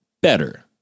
better